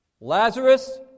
Lazarus